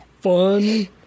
fun